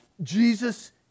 Jesus